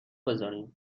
بزارین